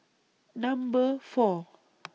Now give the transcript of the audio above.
Number four